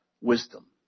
wisdom